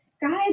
guys